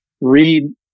Read